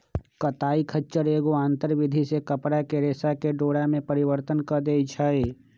कताई खच्चर एगो आंतर विधि से कपरा के रेशा के डोरा में परिवर्तन कऽ देइ छइ